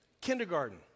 Kindergarten